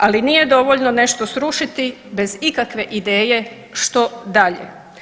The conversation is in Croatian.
Ali nije dovoljno nešto srušiti bez ikakve ideje što dalje.